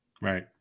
Right